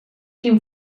quin